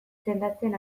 sendatzen